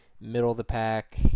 middle-of-the-pack